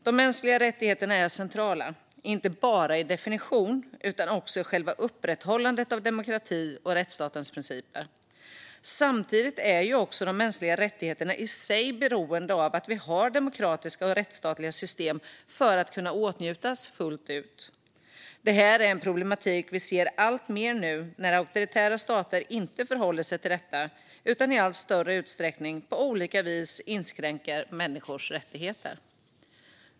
De mänskliga rättigheterna är centrala, inte bara i definition utan också i själva upprätthållandet av demokrati och rättsstatens principer. Samtidigt är ju de mänskliga rättigheterna i sig beroende av att vi har demokratiska och rättsstatliga system för att de ska kunna åtnjutas fullt ut. Det här är en problematik vi ser alltmer nu när auktoritära stater inte förhåller sig till detta utan i allt större utsträckning på olika vis inskränker människors rättigheter.